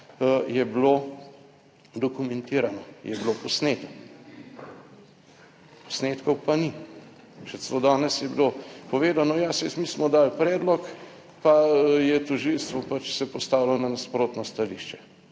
je bilo dokumentirano, je bilo posneto, posnetkov pa ni. Še celo danes je bilo povedano, ja saj mi smo dali predlog, pa je tožilstvo se postavilo na nasprotno stališče.